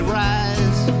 rise